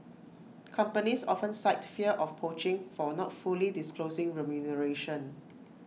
companies often cite fear of poaching for not fully disclosing remuneration